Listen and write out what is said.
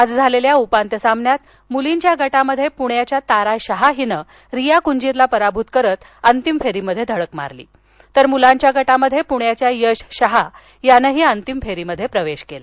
आज झालेल्या उपांत्य सामन्यात मुलींच्या गटात प्ण्याच्या तारा शहा हिनं रिया कुंजीरला पराभूत करत अंतिम फेरीत धडक मारली तर म्लांच्या गटात पुण्याच्या यश शहा यानेही अंतिम फेरीत प्रवेश केला